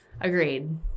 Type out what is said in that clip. agreed